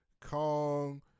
Kong